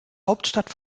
hauptstadt